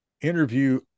interview